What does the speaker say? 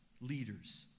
leaders